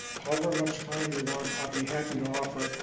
however much time you want, i'd be happy to offer it.